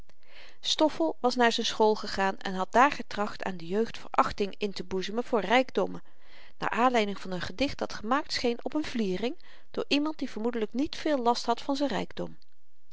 stoffel was naar z'n school gegaan en had daar getracht aan de jeugd verachting inteboezemen voor rykdommen naar aanleiding van n gedicht dat gemaakt scheen op n vliering door iemand die vermoedelyk niet veel last had van z'n rykdom